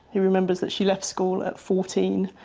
who remembers that she left school at fourteen.